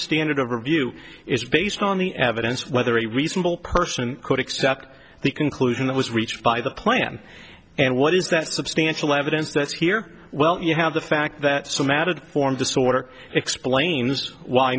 standard of review is based on the evidence whether a reasonable person could accept the conclusion that was reached by the plan and what is that substantial evidence that's here well you have the fact that some added form disorder explains why